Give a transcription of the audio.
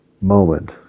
moment